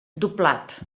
doblat